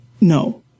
No